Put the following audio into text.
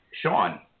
Sean